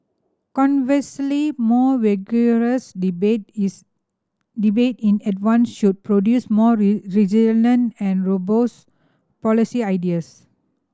conversely more vigorous debate is debate in advance should produce more resilient and robust policy ideas